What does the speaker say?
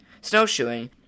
snowshoeing